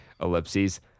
Ellipses